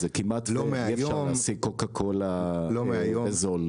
כמעט ואי אפשר להשיג קוקה קולה בזול.